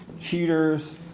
cheaters